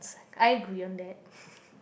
I agree on that